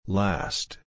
last